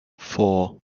four